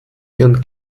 ihren